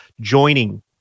joining